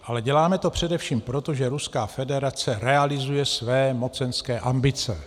Ale děláme to především proto, že Ruská federace realizuje své mocenské ambice.